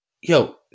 Yo